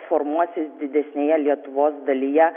formuosis didesnėje lietuvos dalyje